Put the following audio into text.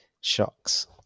shocks